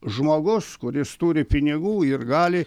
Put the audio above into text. žmogus kuris turi pinigų ir gali